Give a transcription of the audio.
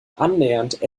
annähernd